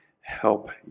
help